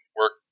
work